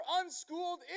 unschooled